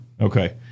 Okay